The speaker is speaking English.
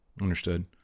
Understood